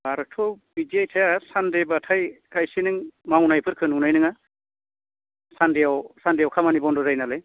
बाराथ' बिदि थाया सान्डेबाथाय खायसे नों मावनायफोरखौ नुनाय नङा सान्डेआव सान्डेआव खामानि बन्द' जायो नालाय